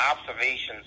observations